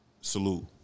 Salute